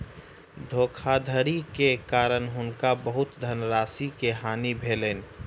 धोखाधड़ी के कारण हुनका बहुत धनराशि के हानि भेलैन